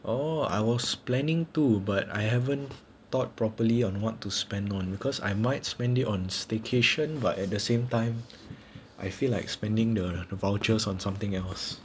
oh I was planning to but I haven't thought properly on what to spend on because I might spending on staycation but at the same time I feel like spending the the vouchers on something else